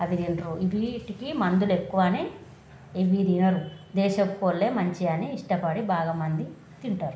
అవి తింటారు ఇవీటికి మందులు ఎక్కువనే ఇవి తినరు దేశపు కోళ్ళే మంచివని ఇష్టపడి బాగా మంది తింటారు